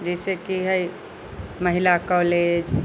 जैसेकि है महिला कॉलेज